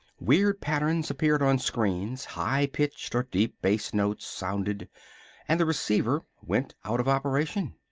weird patterns appeared on screens high-pitched or deep-bass notes sounded and the receiver went out of operation.